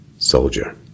Soldier